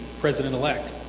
president-elect